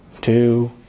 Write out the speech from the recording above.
two